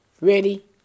Ready